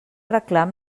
reclam